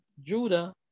Judah